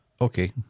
Okay